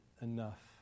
Enough